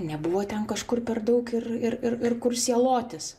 nebuvo ten kažkur per daug ir ir ir ir kur sielotis